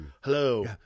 Hello